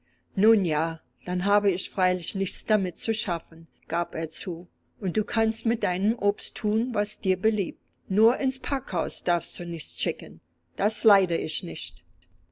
nun ja dann habe ich freilich nichts damit zu schaffen gab er zu und du kannst mit deinem obst thun was dir beliebt nur ins packhaus darfst du nichts schicken das leide ich nicht